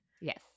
yes